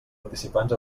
aspirants